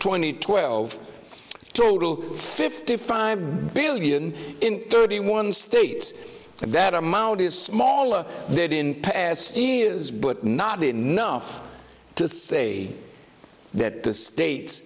twenty twelve total fifty five billion in thirty one states that amount is smaller that in past years but not enough to say that the state